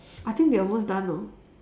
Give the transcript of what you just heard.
I think they are almost done no